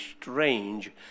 strange